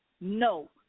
No